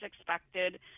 expected